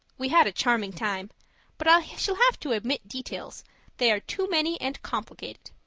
we had a charming time but i shall have to omit details they are too many and complicated.